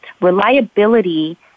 reliability